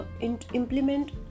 implement